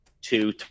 two